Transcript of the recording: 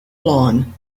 lawn